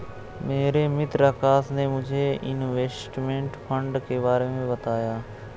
मेरे मित्र आकाश ने मुझे इनवेस्टमेंट फंड के बारे मे बताया